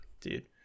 dude